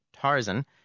Tarzan